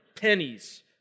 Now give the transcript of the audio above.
pennies